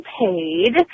paid